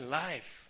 life